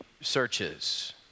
searches